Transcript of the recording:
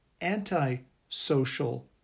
anti-social